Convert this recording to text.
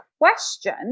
question